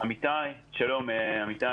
אני אמיתי,